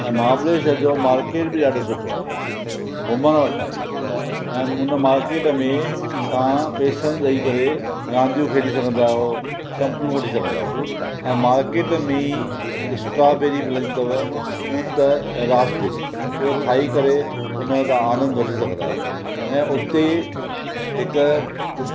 ऐं महाबलेश्वर जो मार्केट बि ॾाढो सुठो आहे घुमणु वटि आहे ऐं हुन मार्केट में तव्हां पेसनि ॾेइ करे रांदियूं खेॾी सघंदा आहियो चंपलूं वठी सघंदा आहियो ऐं मार्केट में ई स्ट्रॉबेरी मिलंदी अथव तूत रासबेरी उहे खाई करे उनजो तव्हां आनंद वठी सघंदा आहियो ऐं उते हिकु